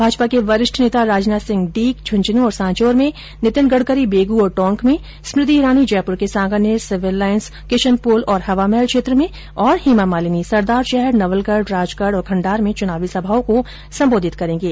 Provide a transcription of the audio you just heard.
भाजपा के वरिष्ठ नेता राजनाथ सिंह डीग झुंझुनू और सांचोर में नितिन गड़करी बेगू और टॉक में स्मृति ईरानी जयपुर के सांगानेर सिविललाईन किशनपोल और हवामहल क्षेत्र में और हेमामालीनी सरदारशहर नवलगढ राजगढ और खण्डार में चुनावी सभाओं को संबोधित करेंगे